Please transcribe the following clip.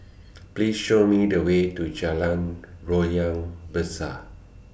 Please Show Me The Way to Jalan Loyang Besar